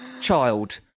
child